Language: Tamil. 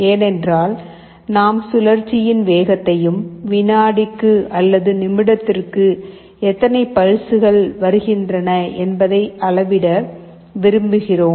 ஏனென்றால் நாம் சுழற்சியின் வேகத்தையும் வினாடிக்கு அல்லது நிமிடத்திற்கு எத்தனை பல்ஸ்கள் வருகின்றன என்பதையும் அளவிட விரும்புகிறோம்